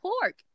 pork